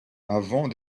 avant